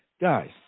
guys